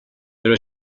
there